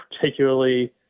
particularly –